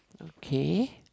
okay